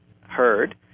heard